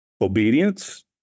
obedience